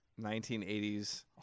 1980s